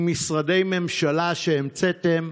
עם משרדי ממשלה שהמצאתם,